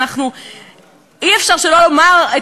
אי-אפשר שלא לומר,